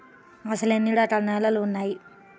అసలు ఎన్ని రకాల నేలలు వున్నాయి?